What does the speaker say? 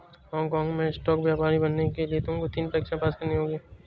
Hong काँग में stock व्यापारी बनने के लिए तुमको तीन परीक्षाएं पास करनी होंगी